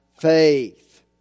faith